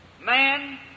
man